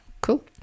cool